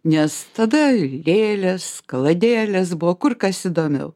nes tada lėlės kaladėlės buvo kur kas įdomiau